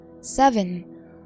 Seven